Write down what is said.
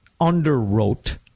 underwrote